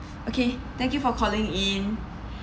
okay thank you for calling in